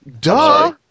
Duh